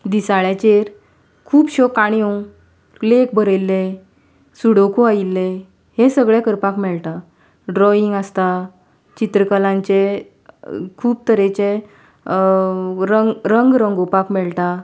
दिसाळ्याचेर खुबश्यो काणयो लेख बरयल्ले सुडोकू आयिल्ले हे सगळे करपाक मेळटा ड्रॉयींग आसता चित्रकलांचे खूब तरेचे रंग रंगोवपाक मेळटा